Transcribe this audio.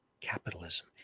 capitalism